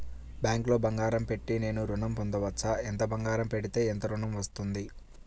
బ్యాంక్లో బంగారం పెట్టి నేను ఋణం పొందవచ్చా? ఎంత బంగారం పెడితే ఎంత ఋణం వస్తుంది?